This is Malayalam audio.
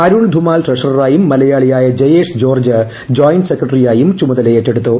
അരുൺ ധുമാൽ ട്രഷററായും മലയാളിയായ ജയേഷ് ജോർജ്ജ് ജോയിന്റ് സെക്രട്ടറിയായും ചുമതലയേറ്റെടുത്തു